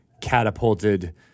catapulted